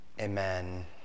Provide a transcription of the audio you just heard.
Amen